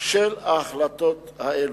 של ההחלטות האלה.